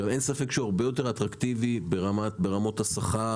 אין ספק שהוא הרבה יותר אטרקטיבי ברמות השכר